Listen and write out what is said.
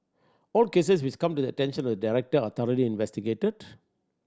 all cases which come to attention of the director are thoroughly investigated